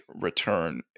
return